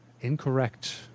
Incorrect